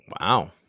Wow